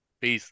Peace